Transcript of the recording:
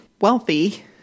wealthy